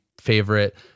favorite